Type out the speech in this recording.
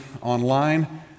online